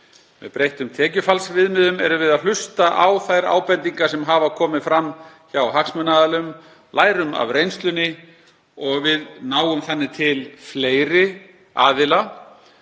Með breyttum tekjufallsviðmiðum erum við að hlusta á þær ábendingar sem komið hafa fram hjá hagsmunaaðilum, lærum af reynslunni og náum þannig til fleiri aðila